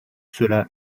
cela